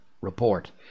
report